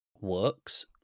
works